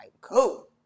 cool